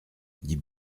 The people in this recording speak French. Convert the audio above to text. dit